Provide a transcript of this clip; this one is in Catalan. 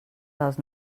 dels